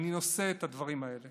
אני נושא את הדברים האלה